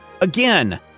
again